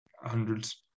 hundreds